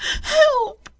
help